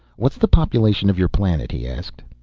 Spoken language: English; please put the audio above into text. what's the population of your planet? he asked.